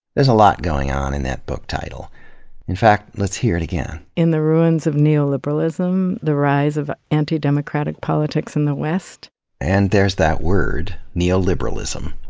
there's a lot going on in that book title in fact, let's hear it again. in the ruins of neoliberalism the rise of anti-democratic politics in the west. nineteen and there's that word, neoliberalism.